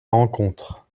rencontre